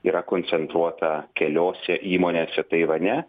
yra koncentruota keliose įmonėse taivane